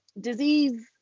disease